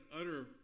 utter